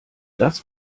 das